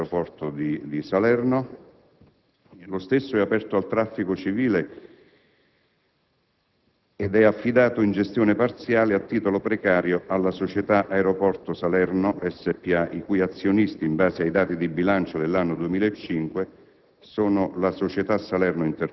che si riferisce all'aeroporto di Salerno-Pontecagnano, lo stesso è aperto al traffico civile ed è affidato in gestione parziale, a titolo precario, alla Società Aeroporto Salerno S.p.A, i cui azionisti, in base ai dati di bilancio dell'anno 2005,